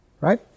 Right